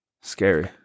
Scary